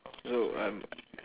so um